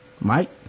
Mike